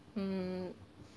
mm